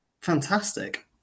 fantastic